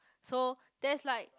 so there's like